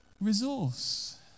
resource